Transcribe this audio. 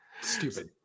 Stupid